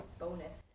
bonus